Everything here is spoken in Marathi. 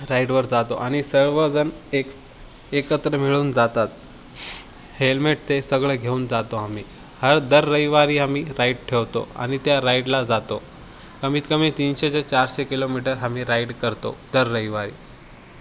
राईडवर जातो आणि सर्वजण एक एकत्र मिळून जातात हेल्मेट ते सगळं घेऊन जातो आम्ही हर दर रविवारी आम्ही राईड ठेवतो आणि त्या राईडला जातो कमीत कमी तीनशे ते चारशे किलोमीटर आम्ही राईड करतो दर रविवारी